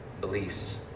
beliefs